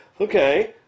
okay